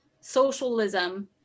socialism